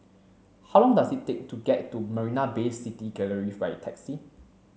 how long does it take to get to Marina Bay City Gallery by taxi